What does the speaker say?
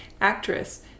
actress